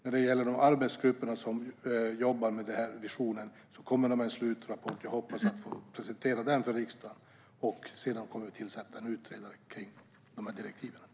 När det gäller de arbetsgrupper som jobbar med denna vision kommer de med en slutrapport. Jag hoppas att få presentera den för riksdagen. Sedan kommer vi att tillsätta en utredare utifrån direktiven.